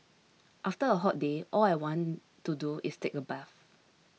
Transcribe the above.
after a hot day all I want to do is take a bath